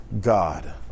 God